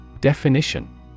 Definition